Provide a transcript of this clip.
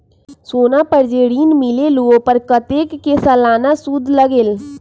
सोना पर जे ऋन मिलेलु ओपर कतेक के सालाना सुद लगेल?